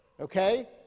Okay